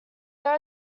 there